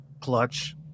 clutch